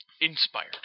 inspired